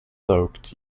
soaked